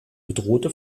bedrohte